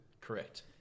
Correct